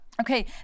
Okay